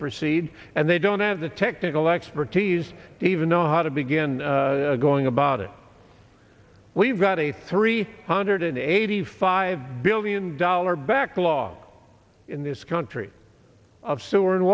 proceed and they don't have the technical expertise even know how to begin going about it we've got a three hundred eighty five billion dollar backlog in this country of sewer